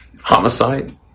homicide